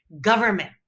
government